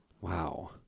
Wow